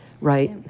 right